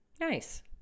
Nice